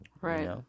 Right